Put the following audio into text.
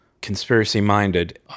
conspiracy-minded